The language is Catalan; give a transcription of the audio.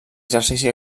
exercici